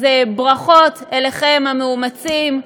אז ברכות לכם, המאומצים,